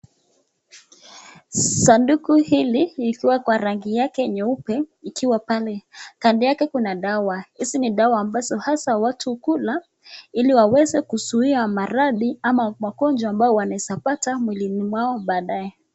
Sanduku hili ikiwa kwa rangi yake nyeupe ikiwa pale. Kando yake kuna dawa, hizi ni dawa ambazo haswa watu hukula ili kuzuia maradhi au magonjwa ambayo wanaweza pata mwilini mwao baadae.